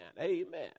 amen